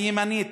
הימנית.